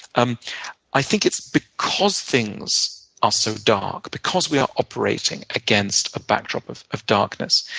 um i think it's because things are so dark, because we are operating against a backdrop of of darkness,